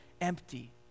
empty